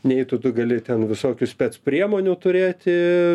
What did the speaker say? nei tu tu gali ten visokių spec priemonių turėti